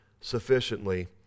sufficiently